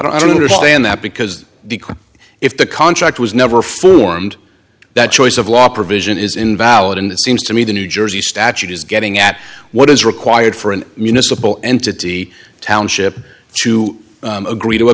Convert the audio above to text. don't understand that because if the contract was never formed that choice of law provision is invalid and it seems to me the new jersey statute is getting at what is required for an municipal entity township to agree to a